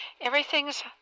everything's